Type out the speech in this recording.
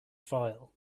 file